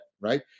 Right